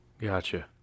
Gotcha